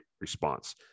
response